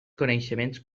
coneixements